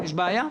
יש בעיה?